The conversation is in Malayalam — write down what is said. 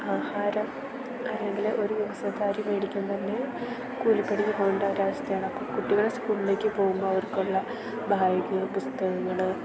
ആഹാരം അല്ലെങ്കില് ഒരു ദിവസം ഒരു അരി മേടിക്കാൻ തന്നെ കൂലി പണിക്ക് പോകേണ്ട ഒരവസ്ഥയാണ് അപ്പം കുട്ടികള് സ്കൂളിലേക്ക് പോകുമ്പോൾ അവർക്കുള്ള ബാഗ് പുസ്തകങ്ങള്